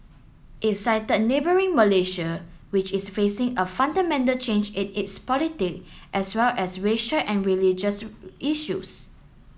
he cited neighbouring Malaysia which is facing a fundamental change in its politic as well as racial and religious issues